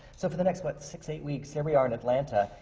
so for the next, what? six, eight weeks, here we are in atlanta,